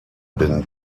been